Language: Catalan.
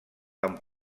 amb